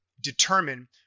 determine